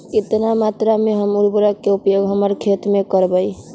कितना मात्रा में हम उर्वरक के उपयोग हमर खेत में करबई?